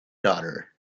daughter